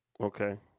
Okay